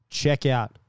checkout